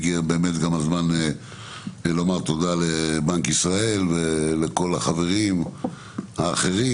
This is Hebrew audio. הזמן לומר תודה לבנק ישראל ולכל החברים האחרים.